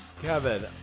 Kevin